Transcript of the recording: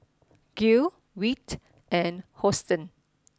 Gil Wirt and Hosteen